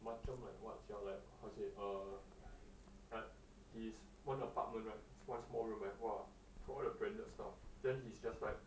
macam like what sia like how to say err like his one apartment right one small room right !wah! got all the branded stuff then he's just like